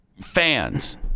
fans